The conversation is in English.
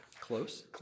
Close